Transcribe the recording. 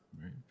right